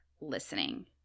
listening